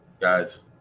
guys